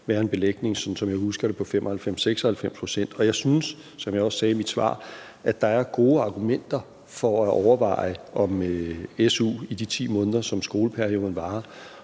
pct., sådan som jeg husker det. Jeg synes, som jeg også sagde i mit svar, at der er gode argumenter for at overveje, om su i de 10 måneder, som skoleperioden varer,